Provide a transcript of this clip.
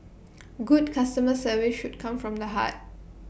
good customer service should come from the heart